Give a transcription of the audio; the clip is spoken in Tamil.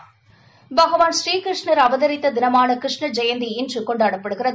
ழுகவான் ஸ்ரீகிருஷ்ணா் அவதித்த தினமான கிருஷ்ண ஜெயந்தி இன்று கொண்டாடப்படுகிறது